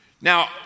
Now